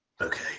okay